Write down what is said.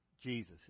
Jesus